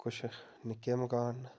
कुछ निक्के मकान न